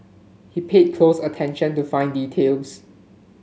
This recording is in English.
he paid close attention to fine details